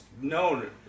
known